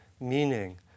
meaning